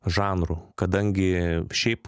žanrų kadangi šiaip